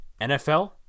nfl